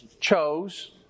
chose